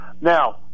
Now